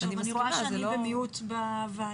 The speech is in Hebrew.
אני רואה שאני בעניין הזה אני במיעוט בוועדה.